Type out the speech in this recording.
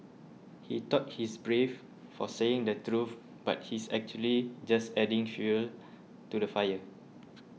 he thought he's brave for saying the truth but he's actually just adding fuel to the fire